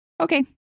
Okay